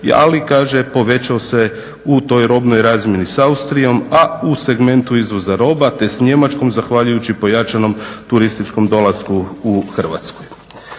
ali povećao se u toj robnoj razmjeni s Austrijom a u segmentu izvoza roba te s Njemačkom zahvaljujući pojačanom turističkom dolasku u Hrvatsku."